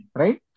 right